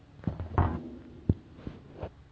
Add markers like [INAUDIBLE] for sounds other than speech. [NOISE]